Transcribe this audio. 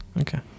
Okay